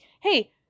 hey